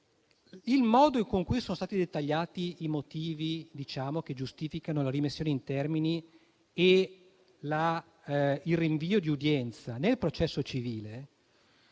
Il modo con cui sono stati dettagliati i motivi che giustificano la rimessione in termini e il rinvio di udienza nel processo civile